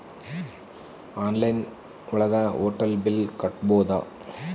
online ಒಳಗ hotel bill ಕಟ್ಬೋದು